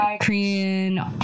Korean